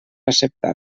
acceptar